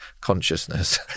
consciousness